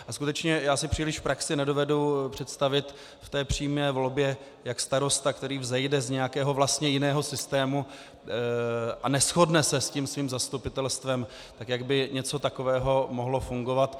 A skutečně já si příliš v praxi nedovedu představit v té přímé volbě, jak starosta, který vzejde z nějakého vlastně jiného systému a neshodne se se svým zastupitelstvem, tak jak by něco takového mohlo fungovat.